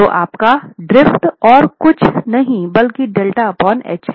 तो आपका ड्रिफ्ट और कुछ नहीं बल्कि Δh है